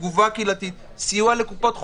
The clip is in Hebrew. תגובה קהילתית; סיוע לקופות חולים,